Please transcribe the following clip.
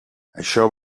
això